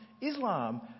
Islam